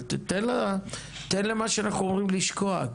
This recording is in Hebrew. אבל תן למה שאנחנו אומרים לשקוע.